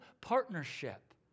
partnership